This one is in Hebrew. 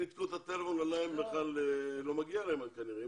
אלה שניתקו את הטלפון אולי בכלל לא מגיע להם כנראה.